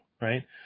Right